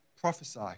prophesy